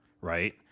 right